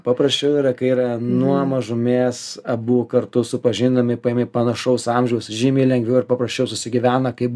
paprasčiau yra kai yra nuo mažumės abu kartu supažindinami paimi panašaus amžiaus žymiai lengviau ir paprasčiau susigyvena kaip